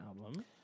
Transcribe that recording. album